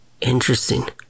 Interesting